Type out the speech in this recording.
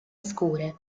scure